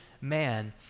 man